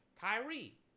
Kyrie